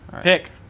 Pick